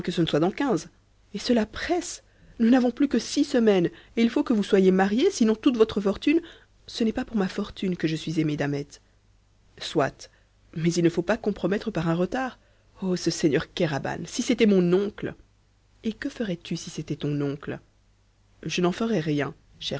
ce ne soit dans quinze et cela presse nous n'avons plus que six semaines et il faut que vous soyez mariée sinon toute votre fortune ce n'est pas pour ma fortune que je suis aimée d'ahmet soit mais il ne faut pas compromettre par un retard oh ce seigneur kéraban si c'était mon oncle et que ferais-tu si c'était ton oncle je n'en ferais rien